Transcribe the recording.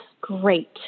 great